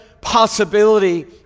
possibility